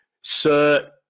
Sir